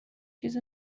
چیز